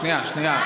שנייה.